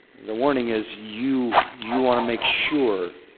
the warning is, you. you want to make sure